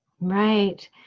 Right